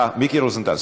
מיקי רוזנטל.